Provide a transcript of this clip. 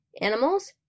animals